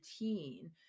routine